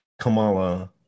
Kamala